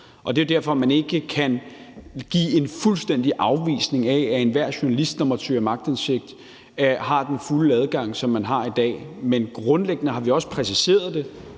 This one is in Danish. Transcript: Det er jo derfor, man ikke kan give en fuldstændig afvisning af, at enhver journalist, der måtte søge om aktindsigt, har den fulde adgang, som man har i dag , men grundlæggende har vi også præciseret det